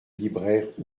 libraire